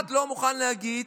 אחד לא מוכן להגיד,